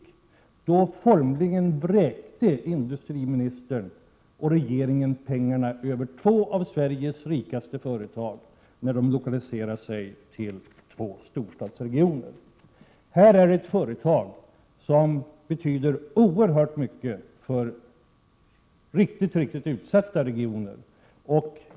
När två av Sveriges rikaste företag lokaliserade sig till två storstadsregioner, formligen vräkte industriministern Prot. 1987/88:92 och regeringen pengarna över dem. Här har vi ett företag som betyder 25 mars 1988 oerhört mycket för riktigt utsatta regioner.